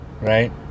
right